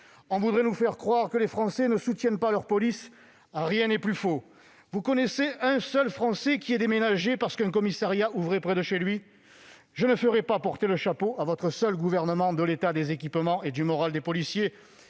On voudrait nous faire croire que les Français ne soutiennent pas leur police ; rien n'est plus faux ! Connaissez-vous un seul Français qui ait déménagé parce qu'un commissariat ouvrait près de chez lui ? Madame la ministre, je ne ferai pas porter le chapeau à votre seul gouvernement de l'état des équipements et du moral des policiers